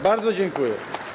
Bardzo dziękuję.